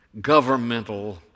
governmental